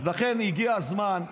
אז לכן הגיע הזמן,